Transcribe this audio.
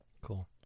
Cool